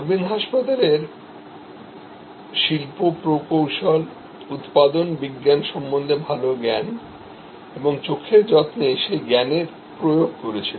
অরবিন্দ হাসপাতাল শিল্প প্রকৌশল উত্পাদন বিজ্ঞান সম্পর্কে ভালো জ্ঞান এবং চোখের যত্নে সেই জ্ঞানের প্রয়োগ করেছিল